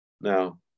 Now